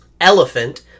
Elephant